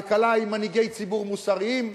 כלכלה עם מנהיגי ציבור מוסריים,